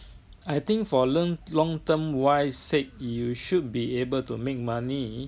I think for learn longterm-wise said you should be able to make money